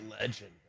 legend